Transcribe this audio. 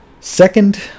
Second